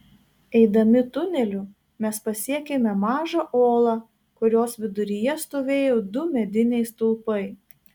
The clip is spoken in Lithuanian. eidami tuneliu mes pasiekėme mažą olą kurios viduryje stovėjo du mediniai stulpai